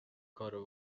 کارو